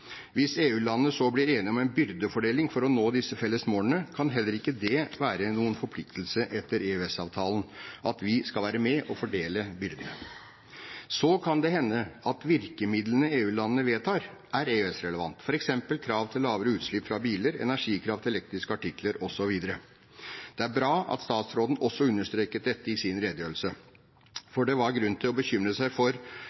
Hvis EU-landene så blir enige om en byrdefordeling for å nå disse felles målene, kan det heller ikke være noen forpliktelse etter EØS-avtalen at vi skal være med og fordele byrdene. Så kan det hende at virkemidlene EU-landene vedtar, er EØS-relevante, f.eks. krav til lavere utslipp fra biler, energikrav til elektriske artikler, osv. Det er bra at statsråden også understreket dette i sin redegjørelse,